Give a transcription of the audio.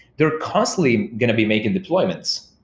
they're constantly going to be making deployments.